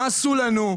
מה עשו לנו,